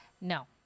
No